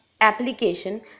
application